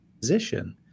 position